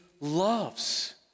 loves